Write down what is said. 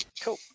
Cool